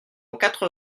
quatre